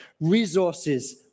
resources